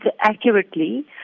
accurately